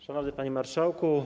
Szanowny Panie Marszałku!